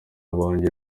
banjye